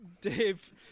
Dave